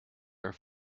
are